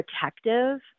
protective